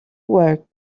work